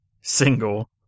single